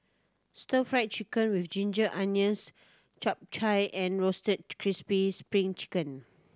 Stir Fry Chicken with ginger onions Kway Chap and Roasted Crispy Spring Chicken